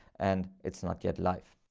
and it's not yet live,